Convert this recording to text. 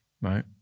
right